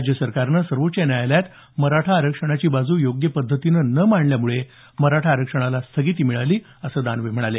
राज्य सरकारनं सर्वोच्च न्यायालयात मराठा आरक्षणाची बाजू योग्य पध्दतीनं न मांडल्यामुळे मराठा आरक्षणाला स्थगिती मिळाली असं दानवे म्हणाले